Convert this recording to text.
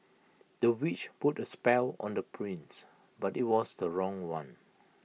the witch put A spell on the prince but IT was the wrong one